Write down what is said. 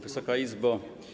Wysoka Izbo!